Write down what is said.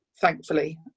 thankfully